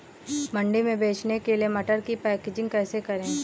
मंडी में बेचने के लिए मटर की पैकेजिंग कैसे करें?